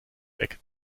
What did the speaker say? weg